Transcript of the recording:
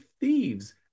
thieves